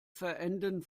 verenden